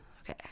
okay